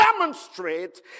demonstrate